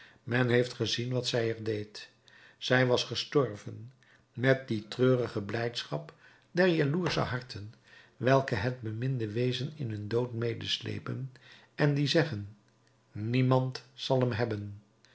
men heeft gezien wat zij er deed zij was gestorven met die treurige blijdschap der jaloersche harten welke het beminde wezen in hun dood medesleepen en die zeggen niemand zal hem hebben